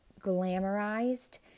glamorized